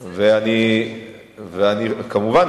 כמובן,